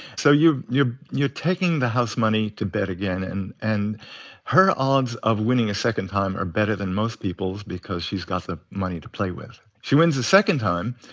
so you're you're taking the house money to bet again. and and her odds of winning a second time are better than most people's because she's got the money to play with. she wins a second time.